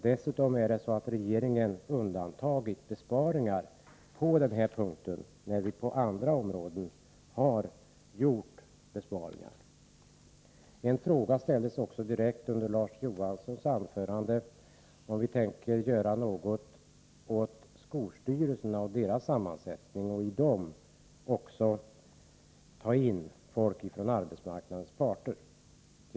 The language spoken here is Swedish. Dessutom är det så att regeringen undantagit besparingar på den här punkten, när den har gjort besparingar på andra områden. En direkt fråga ställdes av Larz Johansson. Han frågade om vi tänker göra något åt skolstyrelsernas sammansättning och i skolstyrelserna ta in företrädare för arbetsmarknadens parter.